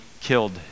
killed